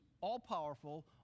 all-powerful